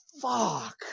fuck